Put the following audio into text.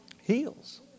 Heals